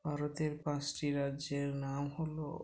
ভারতের পাঁচটি রাজ্যের নাম হল